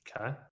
Okay